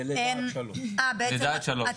זה לידה עד 3. לידה עד 3,